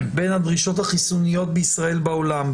בין הדרישות החיסוניות בישראל ובעולם.